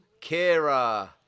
Kira